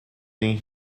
been